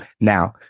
Now